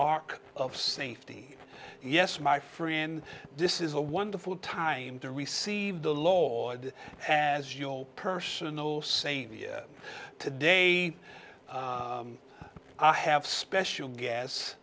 ark of safety yes my friend this is a wonderful time to receive the law as your personal savior to day i have special ga